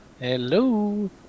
Hello